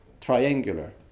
triangular